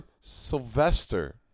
Sylvester